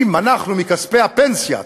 אם אנחנו מכספי הפנסיה,